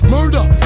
Murder